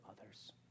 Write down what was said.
others